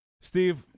Steve